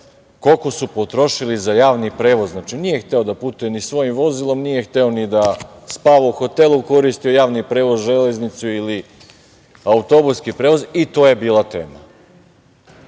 koliko su potrošili za javni prevoz. Znači, nije hteo da putuje ni svojim vozilom, nije hteo ni da spava u hotelu, koristio je javni prevoz, železnicu ili autobuski prevoz. I to je bila tema.